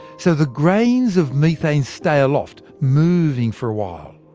so, the grains of methane stay aloft, moving for a while.